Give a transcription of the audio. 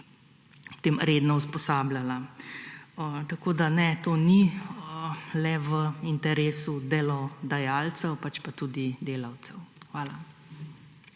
tam redno usposabljala. Tako da ne, to ni le v interesu delodajalcev, pač pa tudi delavcev.